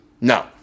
No